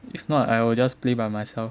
if not I will just play by myself